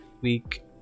week